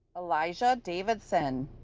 elijah davidson